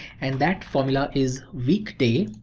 and that formula is weekday,